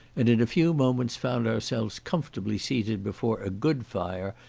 and in a few moments found ourselves comfortably seated before a good fire,